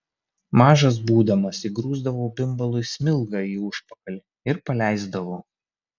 mažas būdamas įgrūsdavau bimbalui smilgą į užpakalį ir paleisdavau